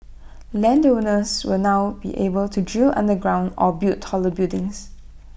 land owners will now be able to drill underground or build taller buildings